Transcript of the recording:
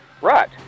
Right